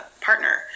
partner